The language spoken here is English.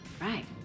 Right